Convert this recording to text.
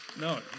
No